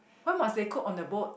why must they cook on the boat